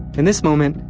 in this moment,